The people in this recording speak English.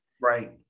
right